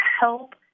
help